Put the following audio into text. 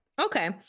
Okay